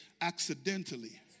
accidentally